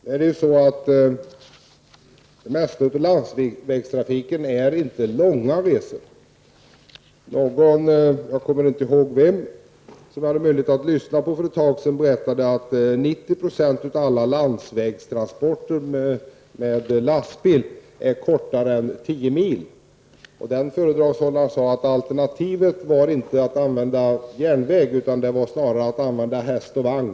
Herr talman! Det mesta av landsvägstrafiken utgörs inte av långa resor. En föredragshållare som jag hade möjlighet att lyssna till för en tid sedan berättade att 90 % av alla landsvägstransporter med lastbil är kortare än 10 mil. Den föredragshållaren sade att alternativet inte var att använda järnväg, utan snarare att använda häst och vagn.